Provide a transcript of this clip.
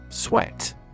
Sweat